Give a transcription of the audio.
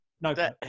no